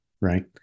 right